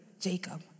Jacob